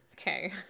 Okay